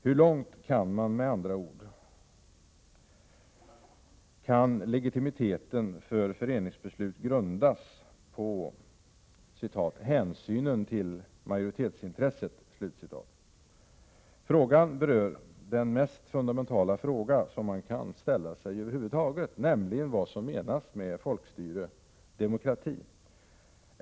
Hur långt kan med andra ord legitimiteten för föreningsbeslut grundas på ”hänsynen till majoritetsintresset”? Här berörs den mest fundamentala fråga som man kan ställa sig, nämligen vad som menas med folkstyre, demokrati.